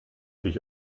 dich